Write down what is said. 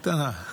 קטנה.